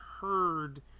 heard